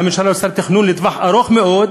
והממשלה עושה תכנון לטווח ארוך מאוד,